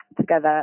together